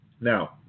Now